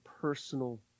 personal